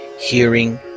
hearing